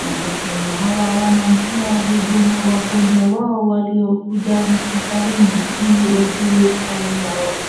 Madaktari hawa wanampea huduma wagonjwa wao waliokuja hospitalini ili wajue hali yao.